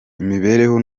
imibereho